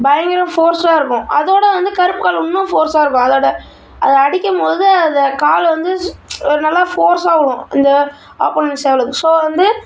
பயங்கர ஃபோர்ஸாயிருக்கும் அதோடு வந்து கருப்பு கலர் இன்னும் ஃபோர்ஸாயிருக்கும் அதோடய அது அடிக்கும் போது அது கால் வந்து ஒரு நல்லா ஃபோர்ஸாக விழுவும் அந்த ஆப்போனன்ட் சேவலுக்கு ஸோ வந்து